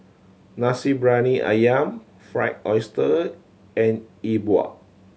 Nasi Briyani Ayam Fried Oyster and Yi Bua